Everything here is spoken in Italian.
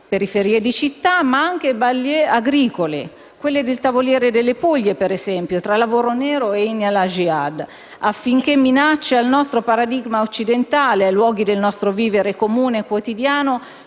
periferie di città, ma anche nelle *banlieue* agricole, quelle del Tavoliere delle Puglie per esempio, tra lavoro nero e inni alla *jihad*, affinché minacce al nostro paradigma occidentale, ai luoghi del nostro vivere comune e quotidiano,